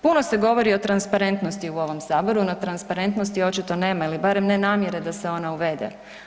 Puno se govori o transparentnosti u ovom Saboru, no transparentnosti očito nema ili barem ne namjere da se ona uvede.